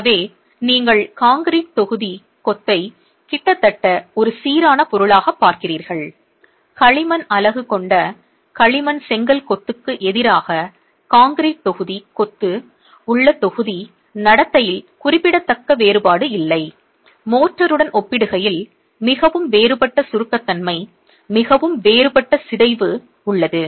எனவே நீங்கள் கான்கிரீட் தொகுதி கொத்தை கிட்டத்தட்ட ஒரு சீரான பொருளாக பார்க்கிறீர்கள் களிமண் அலகு கொண்ட களிமண் செங்கல் கொத்துக்கு எதிராக கான்கிரீட் தொகுதி கொத்து உள்ள தொகுதி நடத்தையில் குறிப்பிடத்தக்க வேறுபாடு இல்லை மோர்டார் உடன் ஒப்பிடுகையில் மிகவும் வேறுபட்ட சுருக்கத்தன்மை மிகவும் வேறுபட்ட சிதைவு உள்ளது